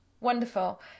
wonderful